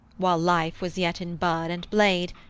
while life was yet in bud and blade,